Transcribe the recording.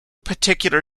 particular